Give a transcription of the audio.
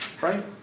Right